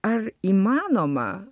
ar įmanoma